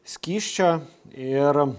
skysčio ir